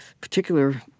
particular